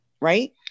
right